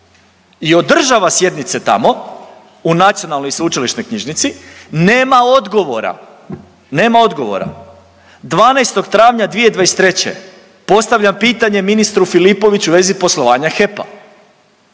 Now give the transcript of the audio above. i održava sjednice tamo u Nacionalnoj i sveučilišnoj knjižnici, nema odgovora, nema odgovora. 12. travnja 2023. postavljam pitanje ministru Filipoviću u vezi poslovanja HEP-a